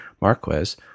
Marquez